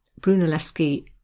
Brunelleschi